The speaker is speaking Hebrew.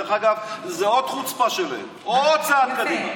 דרך אגב, זו עוד חוצפה שלהם, עוד צעד תקדימי.